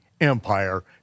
empire